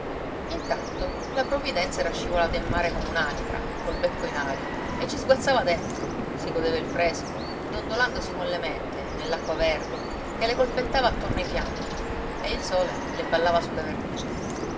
intanto la provvidenza era scivolata in mare come un'anitra col becco in aria e ci sguazzava dentro si godeva il fresco dondolandosi mollemente nell'acqua verde che le colpettava attorno ai fianchi e il sole le ballava sulla vernice